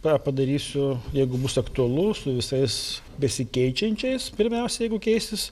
tą padarysiu jeigu bus aktualu su visais besikeičiančiais pirmiausia jeigu keisis